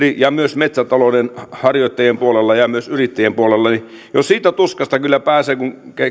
ja myös metsätalouden harjoittajien puolelle ja myös yrittäjien puolelle ja siitä tuskasta kyllä pääsee kun